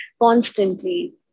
constantly